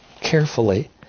carefully